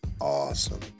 awesome